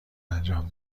انجام